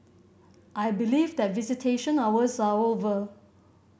I believe that visitation hours are over